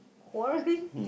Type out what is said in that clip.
quarreling